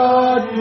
God